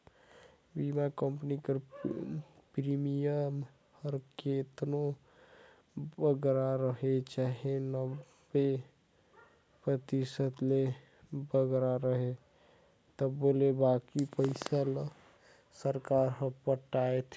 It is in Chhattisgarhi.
बीमा कंपनी कर प्रीमियम हर केतनो बगरा रहें चाहे नब्बे परतिसत ले बगरा रहे तबो ले बाकी पइसा ल सरकार हर पटाथे